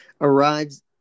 arrives